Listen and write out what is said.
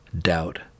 doubt